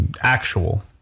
actual